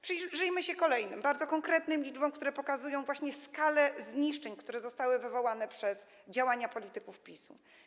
Przyjrzyjmy się kolejnym, bardzo konkretnym liczbom, które pokazują skalę zniszczeń, które zostały wywołane przez działania polityków PiS.